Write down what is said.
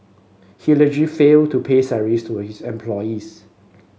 he allegedly failed to pay salaries to his employees